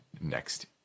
next